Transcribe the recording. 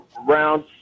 round